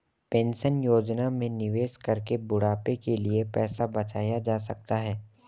pension योजना में निवेश करके बुढ़ापे के लिए पैसा बचाया जा सकता है